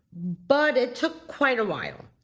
but it took quite a while,